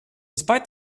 spite